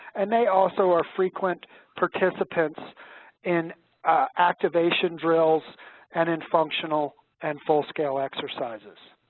and they also are frequent participants in activation drills and in functional and full scale exercises.